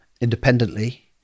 independently